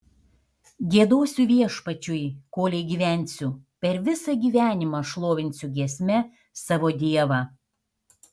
giedosiu viešpačiui kolei gyvensiu per visą gyvenimą šlovinsiu giesme savo dievą